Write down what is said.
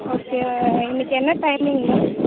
okay இன்னக்கு என்ன timing ma'am